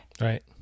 Right